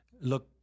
look